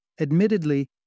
Admittedly